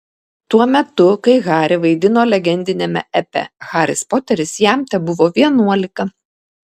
tuo metu kai harry vaidino legendiniame epe haris poteris jam tebuvo vienuolika